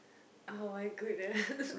oh-my-goodness